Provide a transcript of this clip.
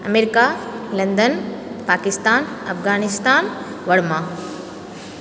America London Pakistan Afghanistan Verma